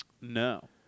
No